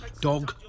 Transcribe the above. Dog